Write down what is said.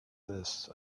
this